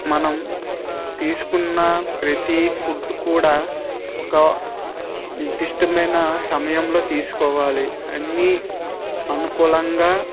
మనం తీసుకున్న ప్రతి ఫుడ్ కూడా ఒక నిర్దిష్టమైన సమయంలో తీసుకోవాలి అన్నీ అనుకూలంగా